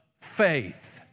faith